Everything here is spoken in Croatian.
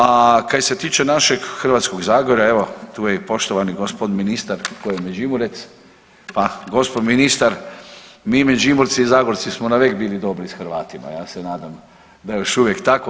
A kaj se tiče našeg Hrvatskog zagorja, evo, tu je i poštovani g. ministar koji je Međimurec, pa gospon ministar, mi Međimurci i Zagorci smo navek bili dobri s Hrvatima, ja se nadam da je još uvijek tako.